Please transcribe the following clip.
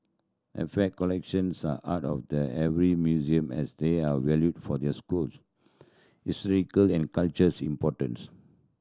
artefact collections are the heart of the every museum as they are valued for their schools historical and cultures importance